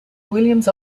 williams